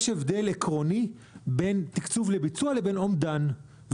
יש הבדל עקרוני בין תקצוב לביצוע לבין אומדן.